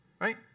right